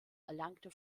erlangte